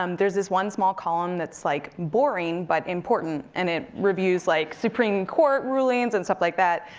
um there's this one small column that's like boring, but important, and it reviews like supreme court rulings, and stuff like that.